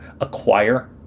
acquire